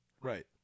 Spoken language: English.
Right